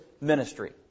ministry